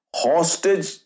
hostage